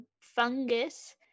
fungus